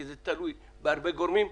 כי זה תלוי בהרבה גורמים.